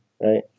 Right